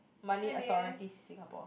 Money Authority Singapore